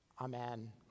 Amen